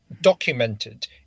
documented